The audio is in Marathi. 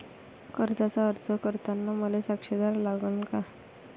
कर्जाचा अर्ज करताना मले साक्षीदार लागन का?